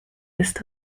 ist